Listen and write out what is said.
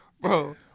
bro